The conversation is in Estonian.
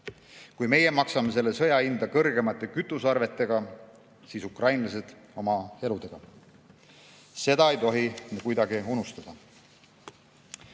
Kui meie maksame selle sõja hinda suuremate kütusearvetega, siis ukrainlased oma eludega. Seda ei tohi kuidagi unustada. Proua